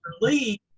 leave